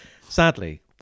sadly